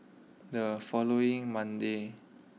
the following Monday